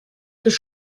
peut